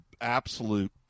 absolute